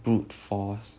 brute force